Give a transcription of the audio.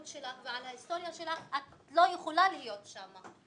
שלך ועל ההיסטוריה שלך את לא יכולה להיות שם.